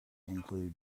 include